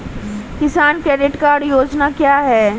किसान credit card योजना क्या है?